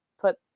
put